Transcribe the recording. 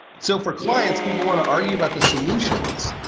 so, for clients, people want to argue about the solutions,